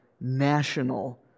national